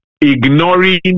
ignoring